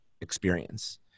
experience